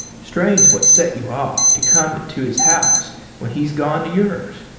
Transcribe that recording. strange what set you off to come to his house when he's gone to yours.